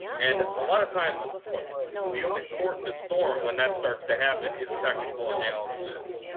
and a lot of times the only port in the storm when that starts to happen is technical analysis.